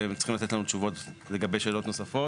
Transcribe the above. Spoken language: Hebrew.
והם צריכים לתת לנו תשובות לגבי שאלות נוספות.